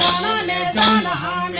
la la la